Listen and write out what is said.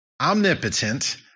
omnipotent